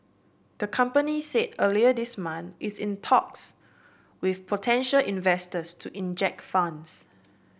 the company said earlier this month it's in talks with potential investors to inject funds